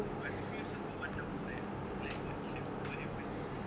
but to me also got one downside ah like what if hap~ what happens if